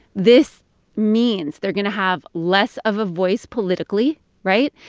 this means they're going to have less of a voice politically right?